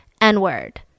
n-word